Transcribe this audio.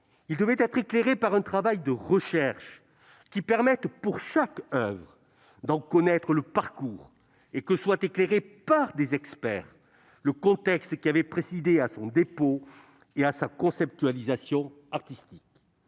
il devait être éclairé par un travail de recherche qui permette, pour chaque oeuvre, d'en connaître le parcours et, par l'intervention d'experts, le contexte ayant présidé à son dépôt et à sa conceptualisation artistique.